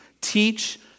Teach